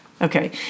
Okay